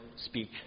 speak